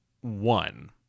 One